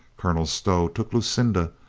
colonel stow took lucinda.